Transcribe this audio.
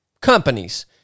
companies